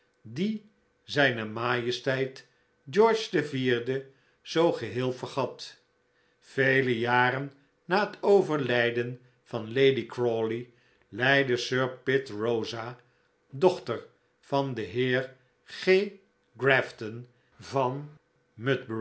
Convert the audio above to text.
dien zijne majesteit george iv zoo geheel vergat vele jaren na het overlijden van lady crawley leidde sir pitt rosa dochte r van den heer g grafton van